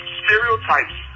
stereotypes